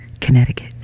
Connecticut